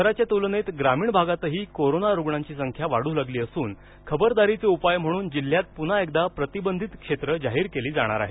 शहराच्या तुलनेत ग्रामीण भागातही कोरोना रुग्णांची संख्या वाढू लागली असून खबरदारीचे उपाय म्हणून जिल्ह्यात पुन्हा एकदा प्रतिबंधित क्षेत्र जाहीर केली जाणार आहेत